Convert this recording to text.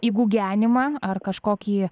į gugenimą ar kažkokį